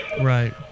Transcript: Right